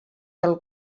del